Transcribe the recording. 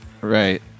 Right